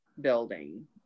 building